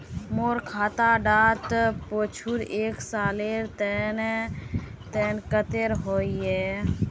मोर खाता डात पिछुर एक सालेर लेन देन कतेक होइए?